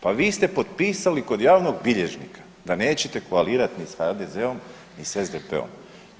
Pa vi ste potpisali kod javnog bilježnika da nećete koalirati ni s HDZ-om ni s SDP-om.